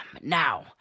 Now